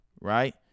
Right